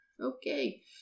Okay